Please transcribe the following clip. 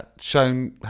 shown